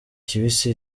kibisi